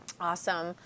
Awesome